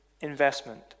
investment